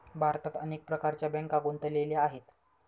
भारतात अनेक प्रकारच्या बँका गुंतलेल्या आहेत